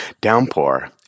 downpour